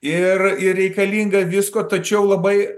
ir ir reikalinga visko tačiau labai